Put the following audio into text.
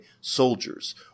soldiers